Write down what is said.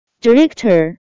director